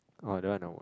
oh that one no